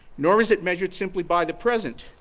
nor is it measured simply by the present,